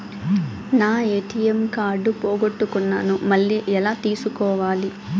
నా ATM card పోగొట్టుకున్నాను, మళ్ళీ ఎలా తీసుకోవాలి?